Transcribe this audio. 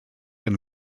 and